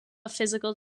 physical